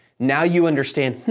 now, you understand, hmm,